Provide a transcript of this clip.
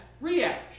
reaction